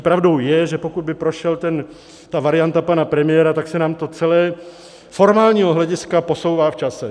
Pravdou je, že pokud by prošla varianta pana premiéra, tak se nám to celé z formálního hlediska posouvá v čase.